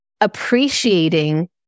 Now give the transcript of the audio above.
appreciating